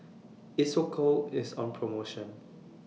Isocal IS on promotion